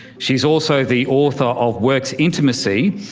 she's also the author of work's intimacy,